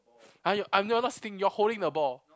I'm you uh you're not siting you're holding the ball